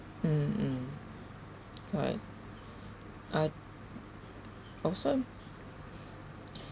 mmhmm what I oh soon